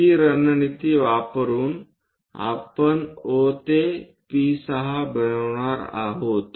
हि रणनीती वापरुन आपण O ते P6 बनवणार आहोत